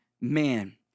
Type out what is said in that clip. man